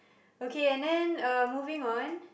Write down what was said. okay and then uh moving on